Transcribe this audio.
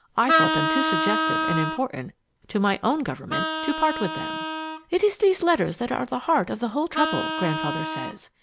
i thought them too suggestive and important to my own government to part with them it is these letters that are the heart of the whole trouble, grandfather says.